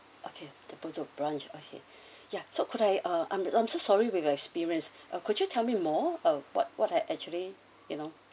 okay the bedok branch okay ya so could I uh I'm I'm so sorry with your experience ah could you tell me more uh what what had actually you know